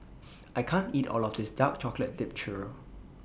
I can't eat All of This Dark Chocolate Dipped Churro